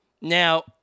Now